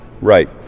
Right